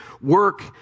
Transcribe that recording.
work